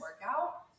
workout